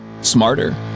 smarter